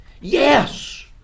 Yes